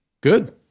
Good